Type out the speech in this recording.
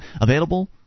Available